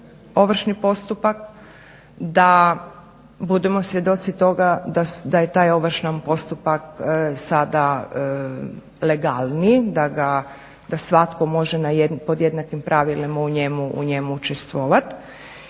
ovršni postupak, da budemo svjedoci toga da je taj ovršan postupak sada legalniji, da svatko može pod jednakim pravilima u njemu učestvovati